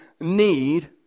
need